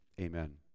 Amen